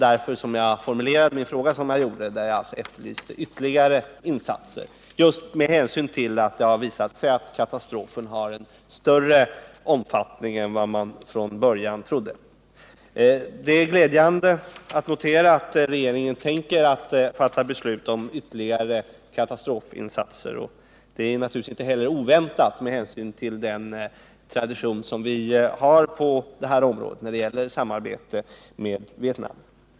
Därför formulerade jag min fråga som jag gjorde och efterlyste ytterligare insatser just med hänsyn till att det visat sig att katastrofen hade en större omfattning än vad man från början hade trott. Det är glädjande att kunna konstatera att regeringen avser att fatta beslut om ytterligare katastrofinsatser, vilket naturligtvis inte är oväntat med hänsyn till den tradition som vi har när det gäller samarbetet med Vietnam.